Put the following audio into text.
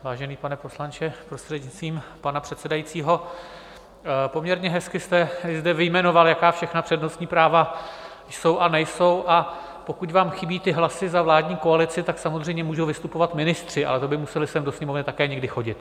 Vážený pane poslanče, prostřednictvím pana předsedajícího, poměrně hezky jste zde vyjmenoval, jaká všechna přednostní práva jsou a nejsou, a pokud vám chybí ty hlasy za vládní koalici, tak samozřejmě můžou vystupovat ministři, ale to by museli sem do Sněmovny také někdy chodit.